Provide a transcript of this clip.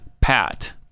PAT